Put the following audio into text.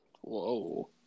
Whoa